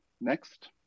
Next